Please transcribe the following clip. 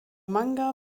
manga